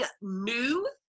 new